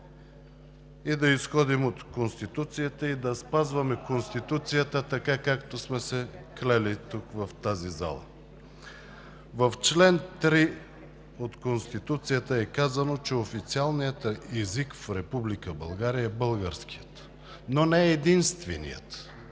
да изходим от Конституцията и да спазваме Конституцията, както сме се клели тук в тази зала. В чл. 3 от Конституцията е казано, че официалният език в Република България е българският, но не единственият